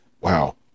wow